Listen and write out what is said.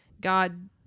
God